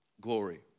glory